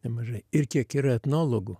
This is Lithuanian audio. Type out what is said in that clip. nemažai ir kiek yra etnologų